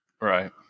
Right